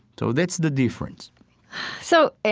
so that's the difference so,